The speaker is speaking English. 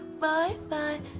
Bye-bye